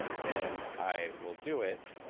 then i will do it.